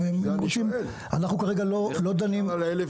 למעשה,